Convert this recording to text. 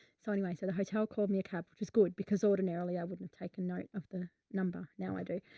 so anyway, so the hotel called me a cab, which is good because ordinarily i wouldn't have taken note of the. number now i do,